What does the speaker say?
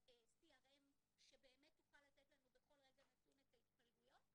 CRM שבאמת תוכל לתת לנו בכל רגע נתון את ההתפלגויות,